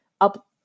up